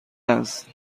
است